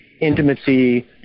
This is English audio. intimacy